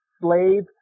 slave